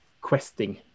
questing